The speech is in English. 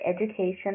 education